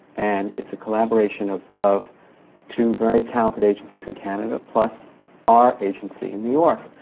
and it's a collaboration of of two very talented agencies in canada, plus our agency in new york.